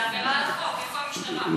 זו עבירה על החוק, איפה המשטרה?